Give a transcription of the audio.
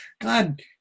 god